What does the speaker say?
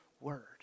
Word